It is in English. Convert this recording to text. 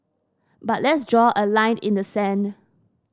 but let's draw a line in the sand